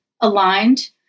aligned